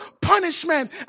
punishment